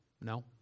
No